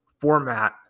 format